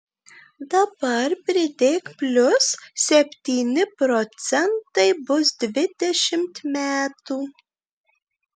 dabar pridėk plius septyni procentai bus dvidešimt metų